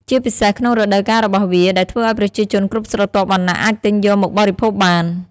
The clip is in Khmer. ជាពិសេសក្នុងរដូវកាលរបស់វា ដែលធ្វើឲ្យប្រជាជនគ្រប់ស្រទាប់វណ្ណៈអាចទិញយកមកបរិភោគបាន។